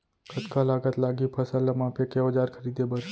कतका लागत लागही फसल ला मापे के औज़ार खरीदे बर?